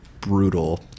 brutal